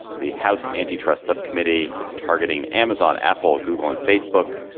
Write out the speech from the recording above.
the house antitrust subcommittee is targeting amazon, apple, google and facebook.